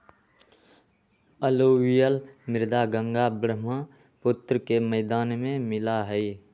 alluvial मृदा गंगा बर्ह्म्पुत्र के मैदान में मिला हई